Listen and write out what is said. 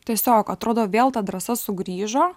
tiesiog atrodo vėl ta drąsa sugrįžo